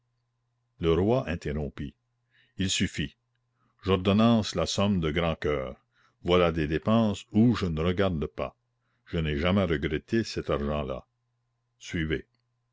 le roi interrompit il suffit j'ordonnance la somme de grand coeur voilà des dépenses où je ne regarde pas je n'ai jamais regretté cet argent-là suivez